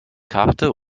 karte